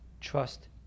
Trust